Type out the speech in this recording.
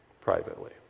privately